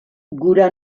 gura